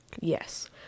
yes